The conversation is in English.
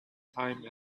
time